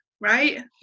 right